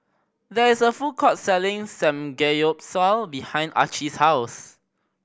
there is a food court selling Samgeyopsal behind Archie's house